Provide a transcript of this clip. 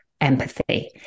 empathy